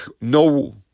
no